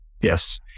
Yes